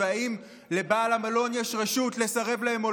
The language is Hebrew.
אם מישהו יבוא ויבקש המתת חסד מרופא דתי,